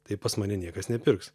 tai pas mane niekas nepirks